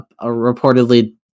Reportedly